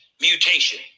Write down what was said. mutation